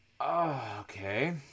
Okay